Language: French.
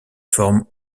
forme